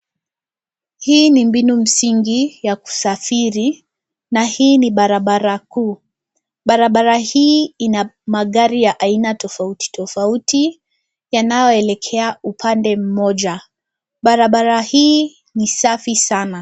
Hii ni mbinu msingi ya kusafiri na hii ni barabara kuu. Barabara hii ina aina ya magari tofautitofauti yanaoelekea upande mmoja. Barabara hii ni safi sana.